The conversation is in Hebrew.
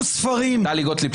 שלך, סדום ועמורה.